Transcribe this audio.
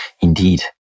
indeed